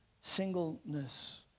singleness